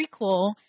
prequel